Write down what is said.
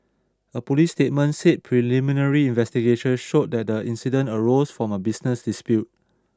a police statement said preliminary investigations showed that the incident arose from a business dispute